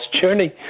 journey